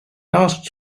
asked